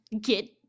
get